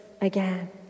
again